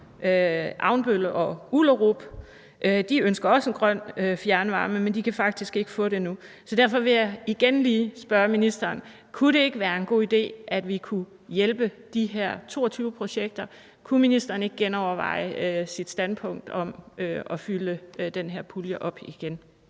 Avnbøl og Ullerup ønsker også en grøn fjernvarme, men de kan faktisk ikke få det nu. Så derfor vil jeg igen lige spørge ministeren: Kunne det ikke være en god idé, at vi hjalp de her 22 projekter? Kunne ministeren ikke genoverveje sit standpunkt i forhold til at fylde den her pulje op igen?